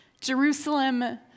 Jerusalem